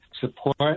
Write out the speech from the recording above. support